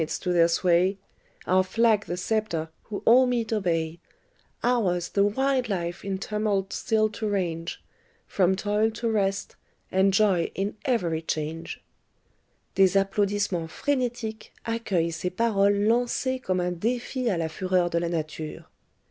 change des applaudissements frénétiques accueillent ces paroles lancées comme un défi à la fureur de la nature